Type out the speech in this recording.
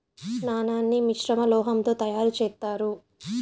నాణాన్ని మిశ్రమ లోహం తో తయారు చేత్తారు